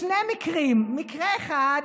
בשני מקרים: מקרה אחד,